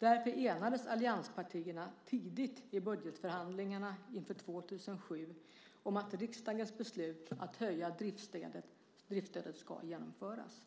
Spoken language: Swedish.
Därför enades allianspartierna tidigt i budgetförhandlingarna inför 2007 om att riksdagens beslut att höja driftsstödet ska genomföras.